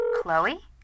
Chloe